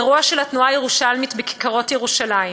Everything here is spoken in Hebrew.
באירוע של התנועה הירושלמית בכיכרות ירושלים,